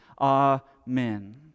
Amen